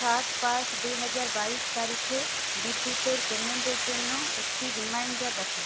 সাত পাঁচ দুহাজার বাইশ তারিখে বিদ্যুৎয়ের পেইমেন্টের জন্য একটি রিমাইন্ডার রাখুন